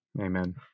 Amen